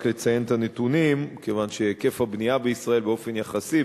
רק לציין את הנתונים: מכיוון שהיקף הבנייה בישראל באופן יחסי,